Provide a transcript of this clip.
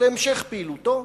או להמשך פעילותו,